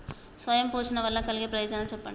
స్వయం పోషణ వల్ల కలిగే ప్రయోజనాలు చెప్పండి?